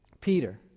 Peter